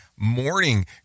Morning